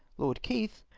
lord keith,